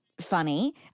funny